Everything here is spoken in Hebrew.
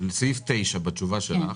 בסעיף 9 בתשובה שלך,